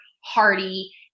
hearty